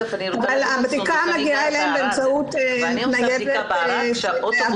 הבדיקה מגיעה אליהן באמצעות ניידת של האגודה למלחמה בסרטן.